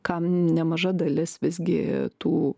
kam nemaža dalis visgi tų